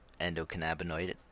endocannabinoid